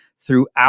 throughout